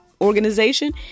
organization